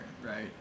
Right